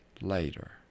later